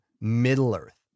Middle-earth